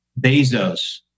Bezos